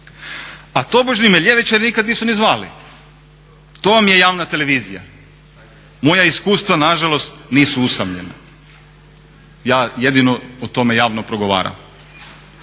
A tobožni me ljevičari nikada nisu ni zvali, to vam je javna televizija. Moja iskustva nažalost nisu usamljena. Ja jedino o tome javno progovaram.